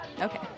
Okay